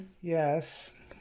Yes